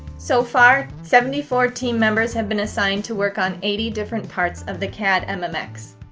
so far, seventy four team members have been assigned to work on eighty different parts of the cad and mmx.